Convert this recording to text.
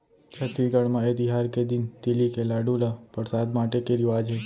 छत्तीसगढ़ म ए तिहार के दिन तिली के लाडू ल परसाद बाटे के रिवाज हे